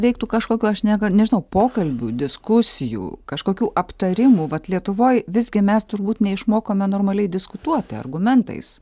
reiktų kažkokio šneka nežinau pokalbių diskusijų kažkokių aptarimų vat lietuvoj visgi mes turbūt neišmokome normaliai diskutuoti argumentais